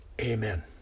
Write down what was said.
amen